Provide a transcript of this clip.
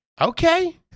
Okay